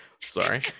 Sorry